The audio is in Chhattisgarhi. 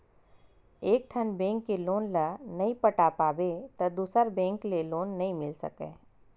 एकठन बेंक के लोन ल नइ पटा पाबे त दूसर बेंक ले लोन नइ मिल सकय